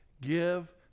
Give